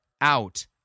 out